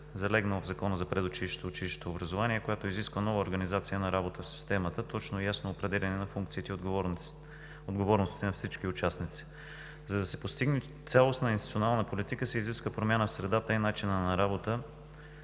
залегнала в Закона за предучилищното и училищното образование, която изисква нова организация на работа в система – точно и ясно определяне на функциите и отговорностите на всички участници. За да се постигне цялостна институционална политика се изисква промяна в средата и начина на работа,